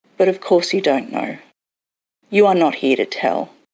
but of course you don't know you are not here to tell.